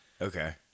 okay